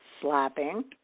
slapping